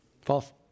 False